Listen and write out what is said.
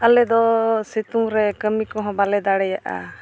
ᱟᱞᱮ ᱫᱚ ᱥᱤᱛᱩᱝᱨᱮ ᱠᱟᱹᱢᱤ ᱠᱚᱦᱚᱸ ᱵᱟᱞᱮ ᱫᱟᱲᱮᱭᱟᱜᱼᱟ